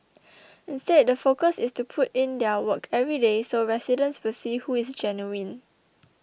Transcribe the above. instead the focus is to put in their work every day so residents will see who is genuine